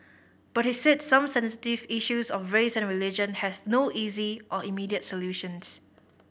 but he said some sensitive issues of race and religion has no easy or immediate solutions